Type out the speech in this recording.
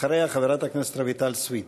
אחריה, חברת הכנסת רויטל סויד.